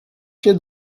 się